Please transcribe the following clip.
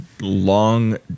long